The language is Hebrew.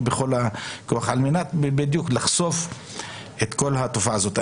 בכל הכוח בדיוק על מנת לחשוף את כל התופעה הזאת.